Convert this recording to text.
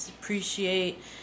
appreciate